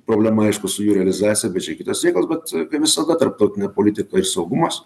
problema aišku su jų realizacija bet čia kitas reikalas bet kaip visada tarptautinė politika ir saugumas